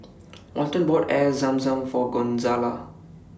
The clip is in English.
Walton bought Air Zam Zam For Gonzalo